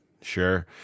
Sure